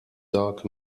dark